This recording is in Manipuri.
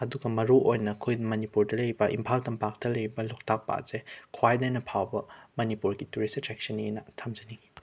ꯑꯗꯨꯒ ꯃꯔꯨ ꯑꯣꯏꯅ ꯑꯩꯈꯣꯏ ꯃꯅꯤꯄꯨꯔꯗ ꯂꯩꯔꯤꯕ ꯏꯝꯐꯥꯜ ꯇꯝꯄꯥꯛꯇ ꯂꯩꯔꯤꯕ ꯂꯣꯛꯇꯥꯛ ꯄꯥꯠꯁꯦ ꯈ꯭ꯋꯥꯏꯅ ꯍꯦꯟꯅ ꯐꯕ ꯃꯅꯤꯄꯨꯔꯒꯤ ꯇꯨꯔꯤꯁ ꯑꯦꯇ꯭ꯔꯦꯛꯁꯟꯅꯦꯅ ꯊꯝꯖꯅꯤꯡꯏ